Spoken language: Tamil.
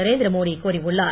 நரேந்திர மோடி கூறியுள்ளார்